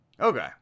Okay